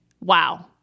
Wow